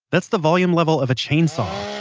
that's the volume level of a chainsaw.